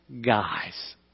guys